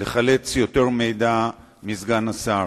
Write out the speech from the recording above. לחלץ יותר מידע מסגן השר.